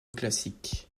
classique